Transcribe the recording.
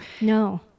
No